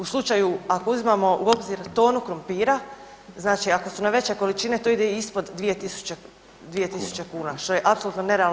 U slučaju ako uzimamo u obzir tonu krumpira, znači ako su na veće količine to ide i ispod 2.000 kuna što je apsolutno nerealno.